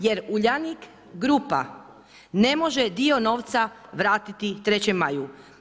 Jer Uljanik grupa ne može dio novca vratiti Trećem Maju.